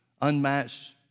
unmatched